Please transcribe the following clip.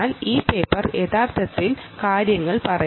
ഈ പേപ്പർ യഥാർത്ഥത്തിൽ ഇത്തരം കാര്യങ്ങൾ പറയുന്നു